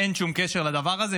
אין שום קשר לדבר הזה.